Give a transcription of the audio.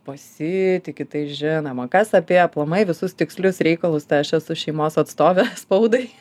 pasitiki tai žinoma kas apie aplamai visus tikslius reikalus tai aš esu šeimos atstovė spaudai